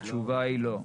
התשובה היא לא.